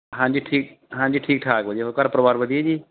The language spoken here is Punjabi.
ਹਾਂਜੀ ਠੀਕ ਹਾਂਜੀ ਠੀਕ ਠਾਕ ਵਧੀਆ ਹੋਰ ਘਰ ਪਰਿਵਾਰ ਵਧੀਆ ਜੀ